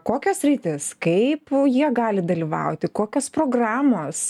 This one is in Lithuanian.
kokias sritys kaip jie gali dalyvauti kokios programos